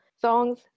songs